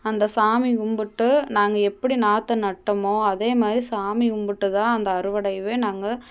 அந்த சாமி கும்பிட்டு நாங்கள் எப்படி நாற்று நட்டமோ அதே மாதிரி சாமி கும்பிட்டு தான் அந்த அறுவடையவே நாங்கள்